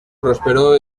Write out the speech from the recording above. prosperó